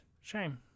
shame